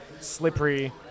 Slippery